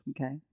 Okay